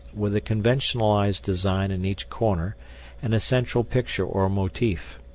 with a conventionalized design in each corner and a central picture or motif.